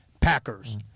Packers